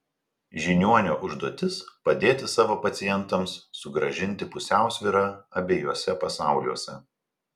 žiniuonio užduotis padėti savo pacientams sugrąžinti pusiausvyrą abiejuose pasauliuose